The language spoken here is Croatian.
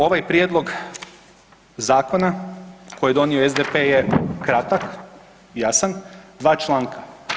Ovaj prijedlog zakona koji je donio SDP je kratak, jasan, dva članka.